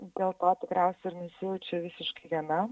dėl to tikriausiai ir nesijaučiu visiškai viena